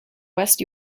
west